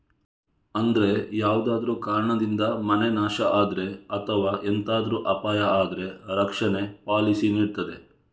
ಅಂದ್ರೆ ಯಾವ್ದಾದ್ರೂ ಕಾರಣದಿಂದ ಮನೆ ನಾಶ ಆದ್ರೆ ಅಥವಾ ಎಂತಾದ್ರೂ ಅಪಾಯ ಆದ್ರೆ ರಕ್ಷಣೆ ಪಾಲಿಸಿ ನೀಡ್ತದೆ